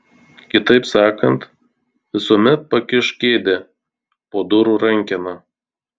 kitaip sakant visuomet pakišk kėdę po durų rankena